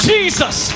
Jesus